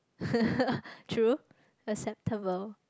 true acceptable